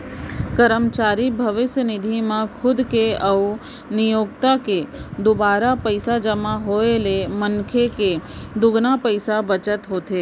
करमचारी भविस्य निधि म खुद के अउ नियोक्ता के दुवारा पइसा जमा होए ले मनसे के दुगुना पइसा बचत होथे